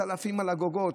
צלפים על הגגות,